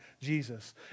Jesus